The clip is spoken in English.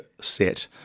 set